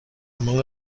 among